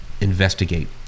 investigate